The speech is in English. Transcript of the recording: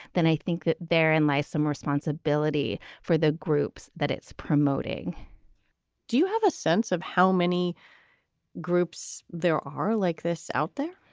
then i think that there in lies some responsibility for the groups that it's promoting do you have a sense of how many groups there are like this out there?